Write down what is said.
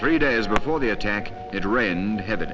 three days before the attack it rained heav